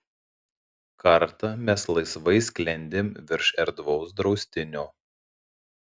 kartą mes laisvai sklendėm virš erdvaus draustinio